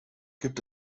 gibt